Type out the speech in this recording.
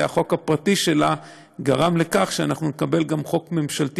והחוק הפרטי שלה גרם לכך שאנחנו נקבל גם חוק ממשלתי,